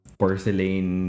porcelain